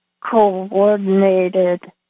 coordinated